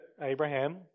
Abraham